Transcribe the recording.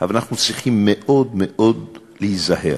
אבל אנחנו צריכים מאוד מאוד להיזהר.